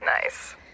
Nice